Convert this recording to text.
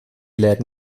läden